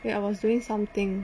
wait I was doing something